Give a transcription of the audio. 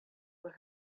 were